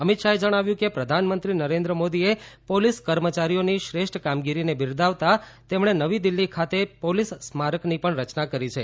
અમિત શાહે જણાવ્યું કે પ્રધાનમંત્રી નરેન્દ્ર મોદીએ પોલીસ કર્મચારીઓની શ્રેષ્ઠ કામગીરીને બિરદાવતા તેમણે નવી દિલ્હી ખાતે પોલીસ સ્મારકની પણ રચના કરી છે